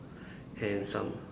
and some